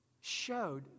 showed